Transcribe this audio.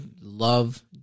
love